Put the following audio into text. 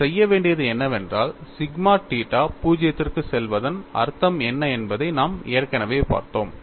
நாம் செய்ய வேண்டியது என்னவென்றால் சிக்மா தீட்டா 0 க்குச் செல்வதன் அர்த்தம் என்ன என்பதை நாம் ஏற்கனவே பார்த்தோம்